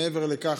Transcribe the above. מעבר לכך,